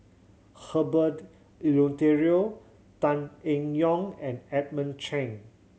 Herbert Eleuterio Tan Eng Yoon and Edmund Cheng